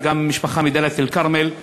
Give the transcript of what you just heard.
וגם ממשפחה מדאלית-אלכרמל,